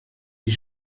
die